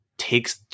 takes